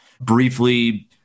briefly